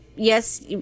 Yes